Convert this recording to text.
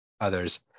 others